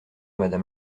madame